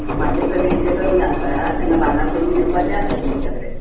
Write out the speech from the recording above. म्हजे चलयेचें लग्न आसा तेन्ना भांगर करूंक येवपाचें आसलें तुमचे कडेन